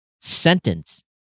sentence